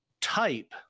type